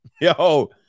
Yo